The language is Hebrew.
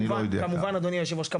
אדוני היושב-ראש,